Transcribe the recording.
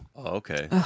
Okay